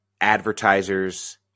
advertisers